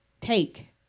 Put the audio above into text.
Take